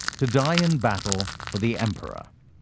to die in battle for the emperor.